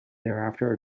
thereafter